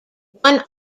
one